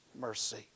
mercy